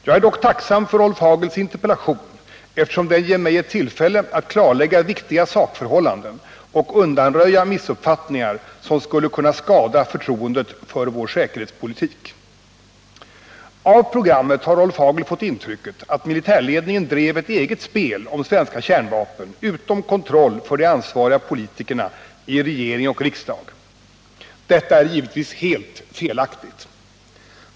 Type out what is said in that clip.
Jag är dock tacksam för Rolf Hagels interpellation, eftersom den ger mig ett tillfälle att klarlägga viktiga sakförhållanden och undanröja missuppfattningar som skulle kunna skada förtroendet för vår säkerhetspolitik. Av programmet har Rolf Hagel fått intrycket att militärledningen drev ett eget spel om svenska kärnvapen utom kontroll för de ansvariga politikerna i regering och riksdag. Detta är givetvis helt felaktigt.